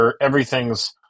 everything's